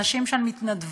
הנשים שם מתנדבות,